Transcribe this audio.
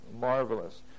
marvelous